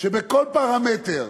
בכל פרמטר